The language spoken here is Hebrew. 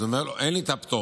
אז הוא אומר: אין לי את הפטור.